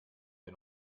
wir